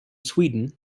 sweden